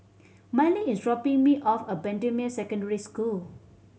Mylie is dropping me off at Bendemeer Secondary School